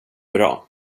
bra